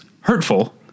hurtful